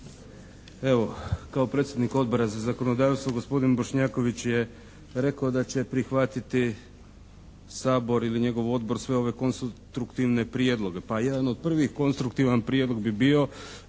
Evo kao predsjednik Odbora za zakonodavstvo gospodin Bošnjaković je rekao da će prihvatiti Sabor ili njegov Odbor sve ove konstruktivne prijedloge. Pa jedan od prvih konstruktivan prijedlog bi bio